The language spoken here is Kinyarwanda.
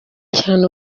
cyane